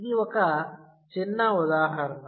ఇది ఒక చిన్న ఉదాహరణ